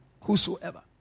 Whosoever